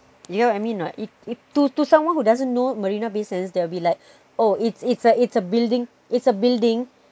you know what I mean or not to to someone who doesn't know marina bay sands they'll be like oh it's it's a it's a building it's a building